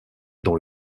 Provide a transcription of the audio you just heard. dans